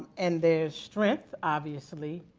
and there's strength obviously.